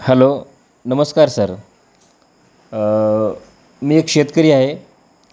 hello नमस्कार sir मी एक शेतकरी आहे